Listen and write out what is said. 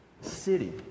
City